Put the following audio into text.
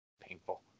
painful